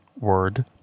word